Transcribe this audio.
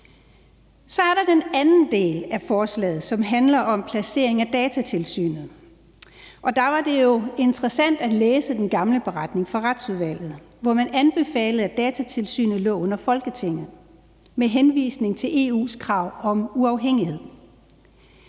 Så er der den anden del af forslaget, som handler om placeringen af Datatilsynet. Der var det jo interessant at læse den gamle beretning fra Retsudvalget, hvor man anbefalede, at Datatilsynet lå under Folketinget, med henvisning til EU's krav om uafhængighed.